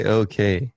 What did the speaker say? okay